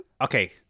Okay